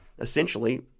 essentially